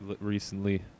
recently